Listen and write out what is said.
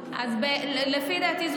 לפי דעתי,